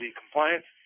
compliance